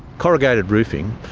corrugated roofing,